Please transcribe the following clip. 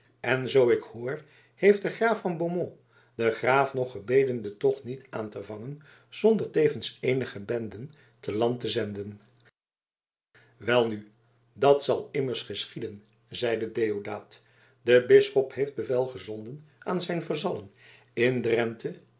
en zoo ik hoor heeft de heer van beaumont den graaf nog gebeden den tocht niet aan te vangen zonder tevens eenige benden te land te zenden welnu dat zal immers geschieden zeide deodaat de bisschop heeft bevel gezonden aan zijn vazallen in drenthe